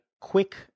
quick